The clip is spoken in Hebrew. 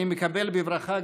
אני מקבל בברכה,